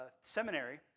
seminary